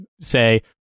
say